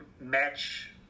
match